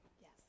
Yes